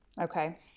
okay